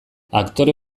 aktore